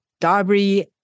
Darby